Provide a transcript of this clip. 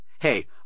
Hey